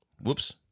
whoops